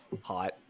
hot